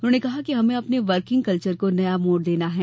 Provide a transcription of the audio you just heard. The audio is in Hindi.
उन्होंने कहा कि हमें अपने वर्किंग कल्वर को नया मोड़ देना है